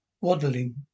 Waddling